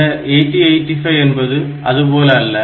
இந்த 8085 என்பது அதுபோல் அல்ல